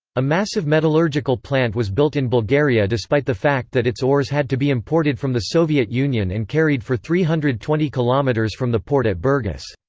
a massive metallurgical plant was built in bulgaria despite the fact that its ores had to be imported from the soviet union and carried for three hundred and twenty kilometres from the port at burgas.